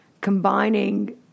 combining